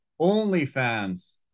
OnlyFans